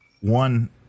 One